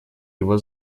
его